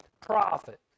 Profit